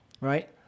right